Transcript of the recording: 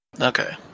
Okay